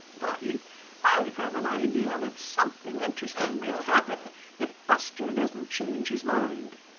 thought he. i have an idea that something interesting may happen if buster doesn't change his mind.